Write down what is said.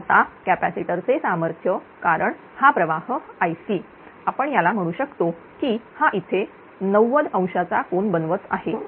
आता कॅपॅसिटर चे सामर्थ्य कारण हा प्रवाह Icआपण याला म्हणू शकतो की हा इथे 90° कोन बनवत आहे